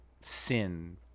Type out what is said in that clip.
sin